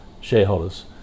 shareholders